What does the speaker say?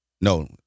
No